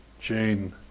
Jane